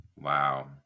Wow